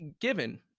given